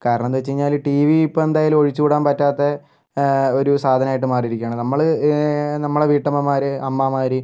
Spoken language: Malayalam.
കാരണെന്താന്ന് വെച്ച് കഴിഞ്ഞാല് ടി വി ഇപ്പോൾ എന്തായാലും ഒഴിച്ച് കൂടാൻ പറ്റാത്തെ ഒരു സാധനമായിട്ട് മാറിയിരിക്കുകയാണ് നമ്മളുടെ നമ്മള് വീട്ടമ്മമാര് അമ്മമാര്